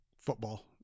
football